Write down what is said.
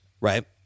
right